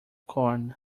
corn